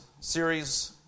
series